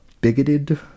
bigoted